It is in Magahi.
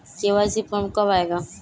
के.वाई.सी फॉर्म कब आए गा?